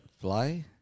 fly